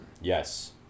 Yes